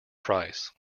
price